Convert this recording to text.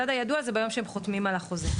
זה ביום שהם חותמים על החוזה.